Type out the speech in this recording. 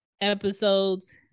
episodes